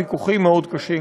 ויכוחים מאוד קשים,